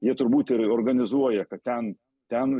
jie turbūt ir organizuoja kad ten ten